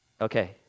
okay